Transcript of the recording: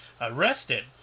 arrested